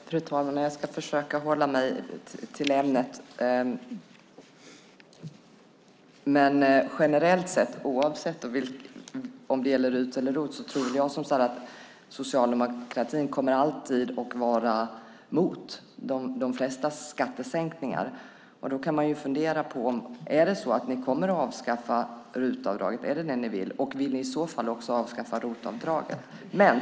Fru talman! Jag ska försöka hålla mig till ämnet, men generellt sett, oavsett om det gäller RUT eller ROT, tror jag att socialdemokratin alltid kommer att vara mot de flesta skattesänkningar. Då kan man fundera på om det är så att ni kommer att avskaffa RUT-avdraget. Är det vad ni vill? Vill ni i så fall också avskaffa ROT-avdraget?